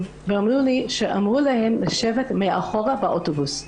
ואמרו לי שאמרו להן לשבת באוטובוס מאחור.